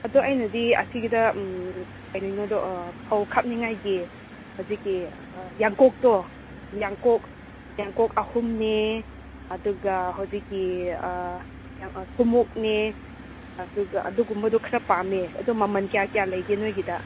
ꯑꯗꯣ ꯑꯩꯅꯗꯤ ꯑꯁꯤꯗ ꯀꯔꯤꯅꯣꯗꯣ ꯐꯧ ꯈꯞꯅꯤꯡꯉꯥꯏꯒꯤ ꯍꯧꯖꯤꯛꯀꯤ ꯌꯥꯡꯀꯣꯛꯇꯣ ꯌꯥꯡꯀꯣꯛ ꯌꯥꯡꯀꯣꯛ ꯑꯍꯨꯝꯅꯦ ꯑꯗꯨꯒ ꯍꯧꯖꯤꯛꯀꯤ ꯑꯥ ꯊꯨꯝꯃꯣꯛꯅꯦ ꯑꯗꯨꯒ ꯑꯗꯨꯒꯨꯝꯕꯗꯣ ꯈꯔ ꯄꯥꯝꯃꯦ ꯑꯗꯣ ꯃꯃꯟ ꯀꯌꯥ ꯀꯌꯥ ꯂꯩꯒꯦ ꯅꯣꯏꯒꯤꯗ